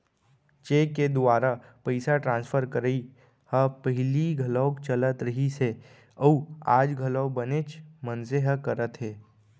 cheque के दुवारा पइसा ट्रांसफर करई ह पहिली घलौक चलत रहिस हे अउ आज घलौ बनेच मनसे ह करत हें